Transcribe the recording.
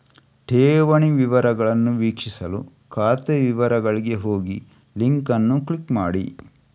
ಠೇವಣಿ ವಿವರಗಳನ್ನು ವೀಕ್ಷಿಸಲು ಖಾತೆ ವಿವರಗಳಿಗೆ ಹೋಗಿಲಿಂಕ್ ಅನ್ನು ಕ್ಲಿಕ್ ಮಾಡಿ